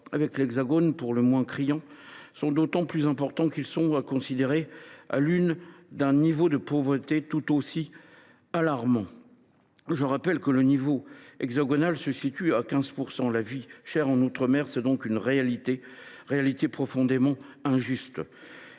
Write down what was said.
avec l’Hexagone pour le moins criants, sont d’autant plus importants qu’ils sont à considérer à l’aune d’un niveau de pauvreté tout aussi alarmant. Je rappelle que le niveau hexagonal se situe à 15 %. La vie chère en outre mer est donc une réalité, une réalité profondément injuste.